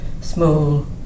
small